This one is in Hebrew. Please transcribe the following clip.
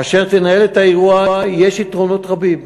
אשר תנהל את האירוע יש יתרונות רבים,